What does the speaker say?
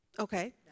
Okay